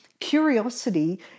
curiosity